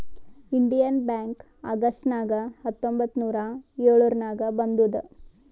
Indian Bank August ನಾಗ್ ಹತ್ತೊಂಬತ್ತ್ ನೂರಾ ಎಳುರ್ನಾಗ್ ಬಂದುದ್